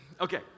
Okay